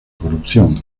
corrupción